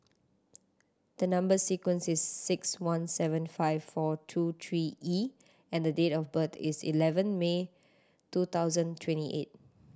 the number sequence is six one seven five four two three E and the date of birth is eleven May two thousand twenty eight